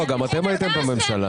גם אתם הייתם בממשלה.